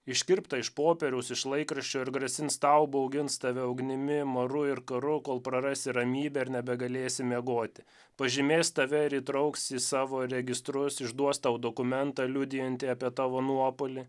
iškirptą iš popieriaus iš laikraščio ir grasins tau baugins tave ugnimi maru ir karu kol prarasi ramybę ir nebegalėsi miegoti pažymės tave ir įtrauks į savo registrus išduos tau dokumentą liudijantį apie tavo nuopuolį